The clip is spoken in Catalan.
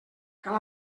cal